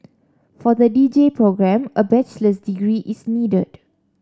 for the D J programme a bachelor's degree is needed